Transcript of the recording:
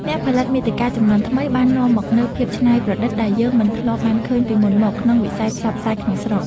អ្នកផលិតមាតិកាជំនាន់ថ្មីបាននាំមកនូវភាពច្នៃប្រឌិតដែលយើងមិនធ្លាប់បានឃើញពីមុនមកក្នុងវិស័យផ្សព្វផ្សាយក្នុងស្រុក។